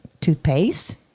Toothpaste